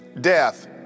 Death